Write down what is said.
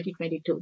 2022